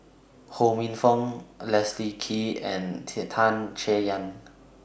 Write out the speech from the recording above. Ho Minfong Leslie Kee and Tan Chay Yan